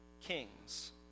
Kings